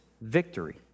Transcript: victory